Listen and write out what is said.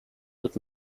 but